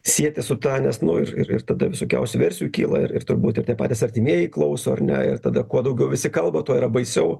sieti su ta nes nu ir ir ir tada visokiausių versijų kyla ir ir turbūt ir tie patys artimieji klauso ar ne ir tada kuo daugiau visi kalba tuo yra baisiau